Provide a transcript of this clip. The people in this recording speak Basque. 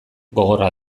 gogorra